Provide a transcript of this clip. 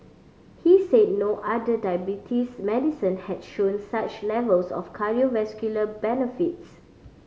he said no other diabetes medicine had shown such levels of cardiovascular benefits